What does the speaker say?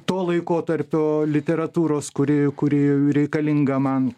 to laikotarpio literatūros kuri kuri reikalinga man